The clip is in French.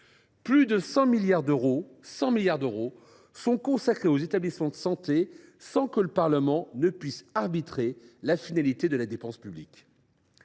Plus de 100 milliards d’euros sont consacrés aux établissements de santé sans que le Parlement puisse arbitrer la finalité de la dépense publique.